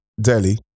Delhi